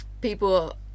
people